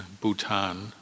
Bhutan